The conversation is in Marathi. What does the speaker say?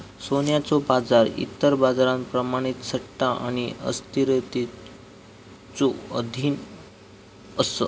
सोन्याचो बाजार इतर बाजारांप्रमाणेच सट्टा आणि अस्थिरतेच्यो अधीन असा